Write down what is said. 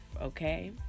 okay